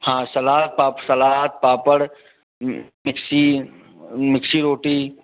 हाँ सलाद पाप सलाद पापड़ मिक्सी मिस्सी रोटी